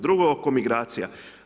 Drugo oko migracija.